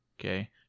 Okay